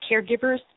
caregivers